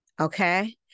okay